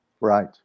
Right